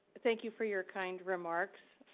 thank you for your kind remarks,